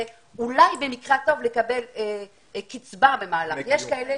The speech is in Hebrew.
ואולי במקרה הטוב לקבל קצבה במהלך הקורס.